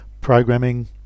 programming